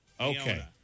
Okay